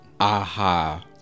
aha